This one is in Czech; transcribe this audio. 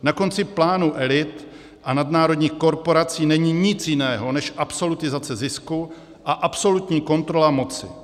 Na konci plánu elit a nadnárodních korporací není nic jiného než absolutizace zisku a absolutní kontrola moci.